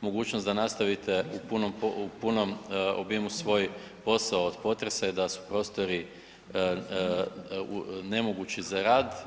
mogućnost da nastavite u punom obimu svoj posao od potresa i da su prostori nemogući za rad.